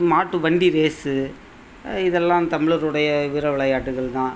மாட்டு வண்டி ரேஸு இதெல்லாம் தமிழருடைய வீர விளையாட்டுகள் தான்